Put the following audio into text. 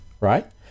right